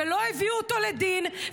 ולא הביאו אותו לדין,